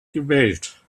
gewählt